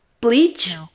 Bleach